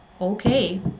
okay